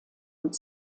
und